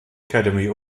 academy